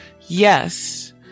Yes